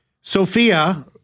Sophia